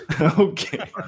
Okay